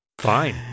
fine